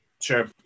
Sure